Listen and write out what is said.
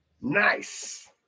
nice